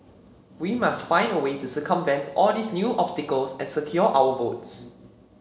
we must find a way to circumvent all these new obstacles and secure our votes